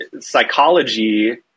psychology